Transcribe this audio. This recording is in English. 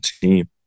team